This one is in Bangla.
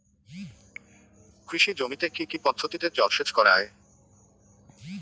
কৃষি জমিতে কি কি পদ্ধতিতে জলসেচ করা য়ায়?